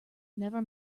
never